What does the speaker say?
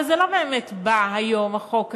אבל זה לא באמת בא היום, החוק הזה,